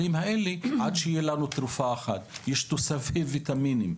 אני יכול להגיד שכל יומיים יש מאמר חדש.